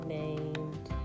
named